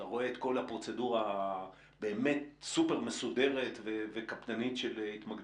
אתה רואה באמת את כל הפרוצדורה הסופר מסודרת והקפדנית של התמגנות.